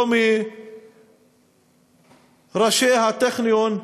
לא מראשי הטכניון,